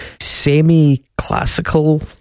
semi-classical